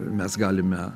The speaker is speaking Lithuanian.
mes galime